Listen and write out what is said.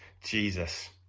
Jesus